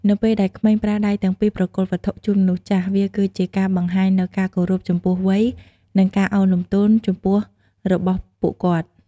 នៅពេលដែលក្មេងប្រើដៃទាំងពីរប្រគល់វត្ថុជូនមនុស្សចាស់ វាគឺជាការបង្ហាញនូវការគោរពចំពោះវ័យ និងការឱនលំទោនចំពោះរបស់ពួកគាត់។